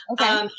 Okay